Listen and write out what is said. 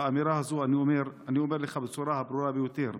באמירה הזו אני אומר לך בצורה הברורה ביותר: